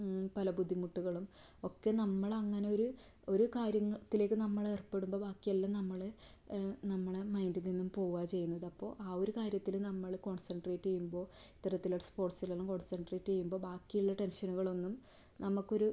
പല ബുദ്ധിമുട്ടുകളും ഒക്കെ നമ്മളങ്ങനൊരു ഒരു കാര്യത്തിലേക്ക് നമ്മളേർപ്പെടുമ്പോൾ ബാക്കി എല്ലാം നമ്മൾ നമ്മളെ മൈൻഡിൽ നിന്ന് പോവുകയാ ചെയ്യുന്നത് അപ്പോൾ ആ ഒരു കാര്യത്തിൽ നമ്മൾ കോൺസൻട്രേറ്റ് ചെയ്യുമ്പോൾ ഇത്തരത്തില സ്പോർട്സ്സിലെ കോൺസൻട്രേറ്റ് ചെയ്യുമ്പോൾ ബാക്കിയുള്ള ടെൻഷനുകളൊന്നും നമുക്കൊരു